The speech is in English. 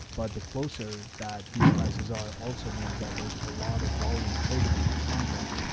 but the closer that these prices are also means that there's a lot of volume traded on those contracts.